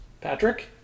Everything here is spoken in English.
Patrick